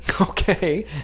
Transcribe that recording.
Okay